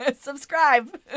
Subscribe